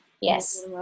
Yes